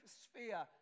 sphere